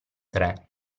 tre